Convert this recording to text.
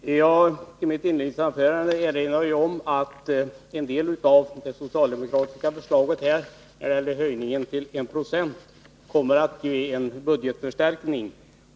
Fru talman! I mitt inledningsanförande erinrade jag om att en del av det socialdemokratiska förslaget om höjning av skogsvårdsavgiften till 1 9c kommer att bli en budgetförstärkning.